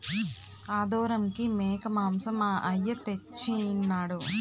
ఆదోరంకి మేకమాంసం మా అయ్య తెచ్చెయినాడు